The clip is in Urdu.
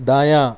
دایاں